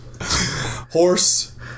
horse